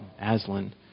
Aslan